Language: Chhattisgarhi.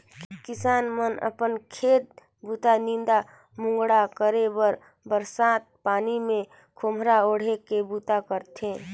किसान मन अपन खेत बूता, नीदा मकोड़ा करे बर बरसत पानी मे खोम्हरा ओएढ़ के बूता करथे